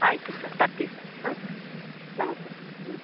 ಆಯಿತು ಸರ್ ಬರ್ತೀವಿ ಸರ್ ಹಾಂ ನಮಸ್ತೆ ಹ್ಞೂ